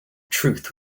truth